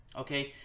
Okay